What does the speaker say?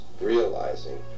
realizing